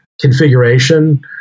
configuration